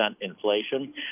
inflation